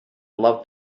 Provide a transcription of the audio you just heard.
love